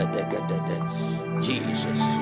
Jesus